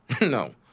No